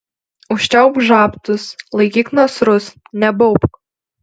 užčiaupk žabtus laikyk nasrus nebaubk